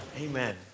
amen